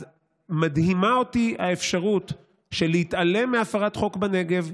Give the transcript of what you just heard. אז מדהימה אותי האפשרות של להתעלם מהפרת חוק בנגב,